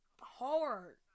Hard